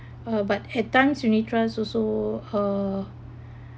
uh but at times unit trust also uh